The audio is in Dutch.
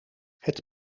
het